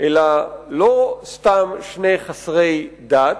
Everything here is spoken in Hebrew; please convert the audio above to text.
אלא לא סתם שני חסרי דת,